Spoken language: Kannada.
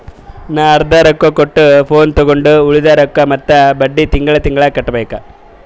ನಾ ಅರ್ದಾ ರೊಕ್ಕಾ ಕೊಟ್ಟು ಫೋನ್ ತೊಂಡು ಉಳ್ದಿದ್ ರೊಕ್ಕಾ ಮತ್ತ ಬಡ್ಡಿ ತಿಂಗಳಾ ತಿಂಗಳಾ ಕಟ್ಟಬೇಕ್